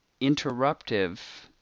interruptive